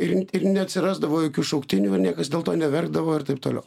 ir neatsirasdavo jokių šauktinių ir niekas dėl to neverkdavo ir taip toliau